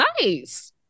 nice